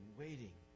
waiting